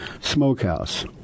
Smokehouse